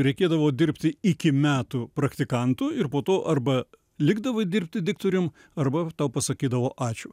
reikėdavo dirbti iki metų praktikantu ir po to arba likdavai dirbti diktorium arba tau pasakydavau ačiū